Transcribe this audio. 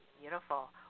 beautiful